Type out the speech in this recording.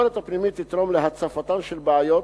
הביקורת הפנימית תתרום להצפתן של בעיות